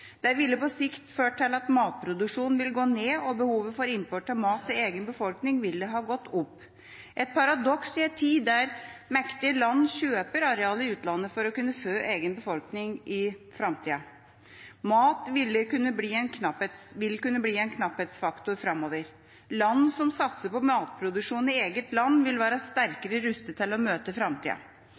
Det ville på sikt ha ført til at matproduksjonen ville gått ned, og behovet for import av mat til egen befolkning ville gått opp – et paradoks i en tid da mektige land kjøper areal i utlandet for å kunne fø egen befolkning i framtida. Mat vil kunne bli en knapphetsfaktor framover. Land som satser på matproduksjon i eget land, vil være sterkere rustet til å møte framtida.